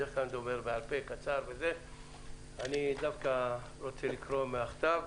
בדרך כלל אני דובר בעל-פה וקצר אני דווקא רוצה לקרוא מהכתב: